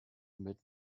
mid